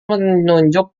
menunjuk